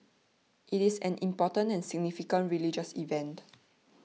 it is an important and significant religious event